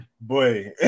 Boy